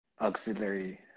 auxiliary